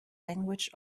language